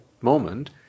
moment